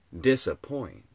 disappoint